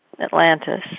Atlantis